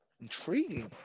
Intriguing